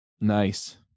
Nice